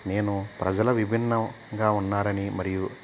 నేను ప్రజల విభిన్నం గా ఉన్నారని మరియు